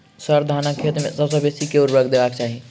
sir, धानक खेत मे सबसँ बेसी केँ ऊर्वरक देबाक चाहि